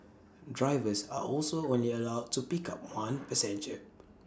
drivers are also only allowed to pick up one passenger